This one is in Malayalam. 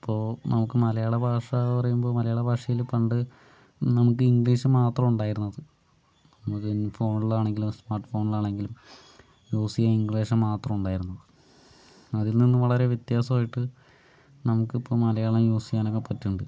അപ്പോൾ നമുക്ക് മലയാള ഭാഷാന്ന് പറയുമ്പോൾ മലയാളഭാഷയില് പണ്ട് നമുക്ക് ഇംഗ്ലീഷ് മാത്ര ഉണ്ടായിരുന്നത് നമുക്ക് ഫോണിലാണെങ്കിലും സ്മാർട്ട് ഫോണിലാണെങ്കിലും യൂസ് ചെയ്യാൻ ഇംഗ്ലീഷ് മാത്രമാണ് ഉണ്ടായിരുന്നത് അതിൽ നിന്നും വളരെ വ്യത്യാസായിട്ട് നമുക്കിപ്പോൾ മലയാളം യൂസ് ചെയ്യാൻ ഒക്കെ പറ്റുന്നുണ്ട്